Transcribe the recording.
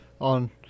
on